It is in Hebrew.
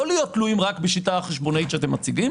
לא להיות תלויים רק בשיטה החשבונאית שאתם מציגים